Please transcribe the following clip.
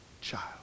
child